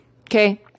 Okay